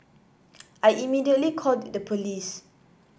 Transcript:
I immediately called the police